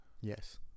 yes